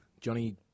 Johnny